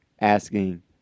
asking